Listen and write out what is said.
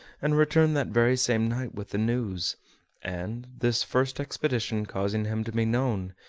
and returned that very same night with the news and, this first expedition causing him to be known,